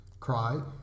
cry